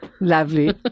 Lovely